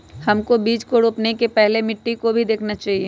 हमको बीज को रोपने से पहले मिट्टी को भी देखना चाहिए?